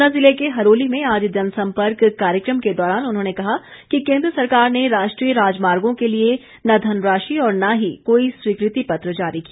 ऊना जिले के हरोली में आज जनसंपर्क कार्यक्रम के दौरान उन्होंने कहा कि केंद्र सरकार ने राष्ट्रीय राजमार्गों के लिए न धनराशि और न ही कोई स्वीकृति पत्र जारी किया